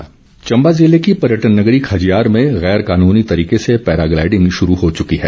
paragliding Chamba जिले की पर्यटन नगरी खजियार में गैर कानूनी तरीके से पैराग्लाइडिंग शुरू हो चुकी है